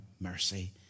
mercy